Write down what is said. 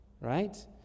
right